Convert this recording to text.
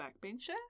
backbencher